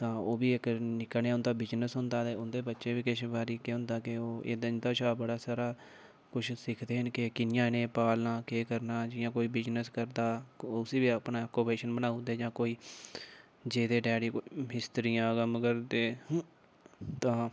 तां ओह् बी इक निक्का नेहा उं'दा बिजनेस होंदा ते उं'दे बच्चे बी किश बारी केह् होंदा के इं'दे शा बड़ा सारा कुछ सिखदे के कि'यां इ'नेंगी पालना केह् करना जियां कोई बिजनेस करदा उसी बी अपना ओकोपेशन बनाई ओड़दे जां कोई जेह्दे डैडी मिस्त्रियां कम्म करदे तां